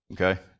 Okay